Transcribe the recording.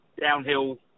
downhill